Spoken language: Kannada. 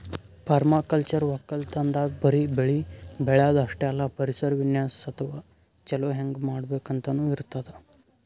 ಪರ್ಮಾಕಲ್ಚರ್ ವಕ್ಕಲತನ್ದಾಗ್ ಬರಿ ಬೆಳಿ ಬೆಳ್ಯಾದ್ ಅಷ್ಟೇ ಅಲ್ಲ ಪರಿಸರ ವಿನ್ಯಾಸ್ ಅಥವಾ ಛಲೋ ಹೆಂಗ್ ಮಾಡ್ಬೇಕ್ ಅಂತನೂ ಇರ್ತದ್